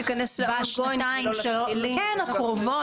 בשנתיים הקרובות.